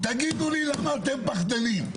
למה אתם פחדנים?